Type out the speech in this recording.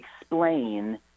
explain